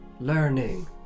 learning